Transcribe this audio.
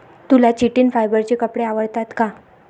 तुला चिटिन फायबरचे कपडे आवडतात का?